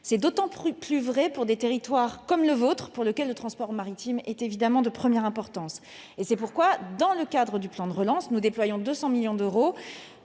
c'est d'autant plus vrai pour des territoires comme le vôtre, pour lesquels le transport maritime est évidemment de première importance. C'est pourquoi, dans le cadre du plan de relance, nous déployons 200 millions d'euros